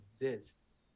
exists